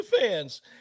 fans